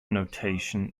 notation